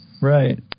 Right